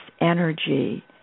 energy